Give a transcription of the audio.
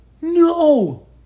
No